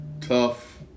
tough